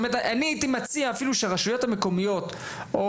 אני הייתי מציע אפילו שהרשויות המקומיות או